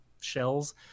shells